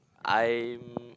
I'm